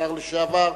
השר לשעבר,